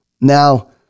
Now